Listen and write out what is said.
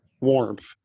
warmth